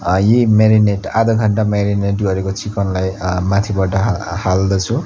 यही मेरिनेट आधा घन्टा मेरिनेट गरेको चिकनलाई माथिबाट हा हाल्दछु